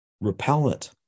repellent